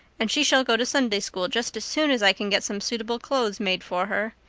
and she shall go to sunday-school just as soon as i can get some suitable clothes made for her.